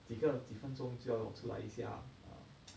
几个几分钟就要出来一下啊